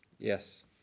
Yes